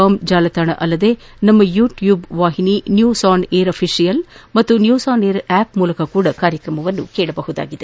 com ಜಾಲತಾಣ ಅಲ್ಲದೇ ನಮ್ಮ ಯುಟ್ನೂಬ್ ವಾಹಿನಿ ನ್ಯೂಸ್ ಆನ್ ಏರ್ ಆಫೀಷಿಯಲ್ ಮತ್ತು ನ್ಯೂಸ್ ಆನ್ ಏರ್ ಆಪ್ ಮೂಲಕವೂ ಕಾರ್ಯಕ್ರಮವನ್ನು ಕೇಳಬಹುದಾಗಿದೆ